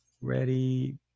ready